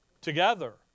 Together